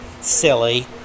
silly